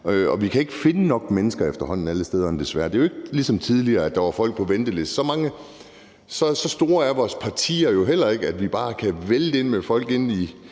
efterhånden ikke finde nok mennesker alle steder desværre. Det er ikke ligesom tidligere, hvor der var folk på venteliste. Så store er vores partier jo heller ikke, altså at det bare kan vælte ind med folk i